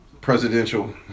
presidential